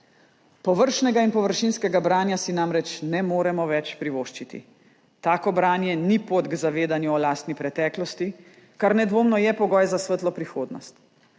Površnega in površinskega branja si namreč ne moremo več privoščiti. Tako branje ni pot k zavedanju o lastni preteklosti, kar nedvomno je pogoj za svetlo prihodnost.